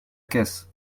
caisse